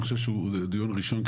אני חושב שזה דיון ראשון,